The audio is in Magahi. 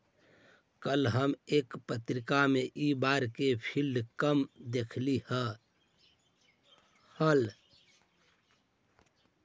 कल हम एक पत्रिका में इ बार के यील्ड कर्व देखली हल